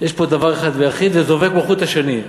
יש דבר אחד ויחיד וזה עובר כמו חוט השני.